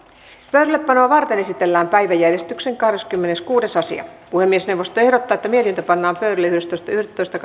pöydällepanoa varten esitellään päiväjärjestyksen kahdeskymmeneskuudes asia puhemiesneuvosto ehdottaa että mietintö pannaan pöydälle yhdestoista yhdettätoista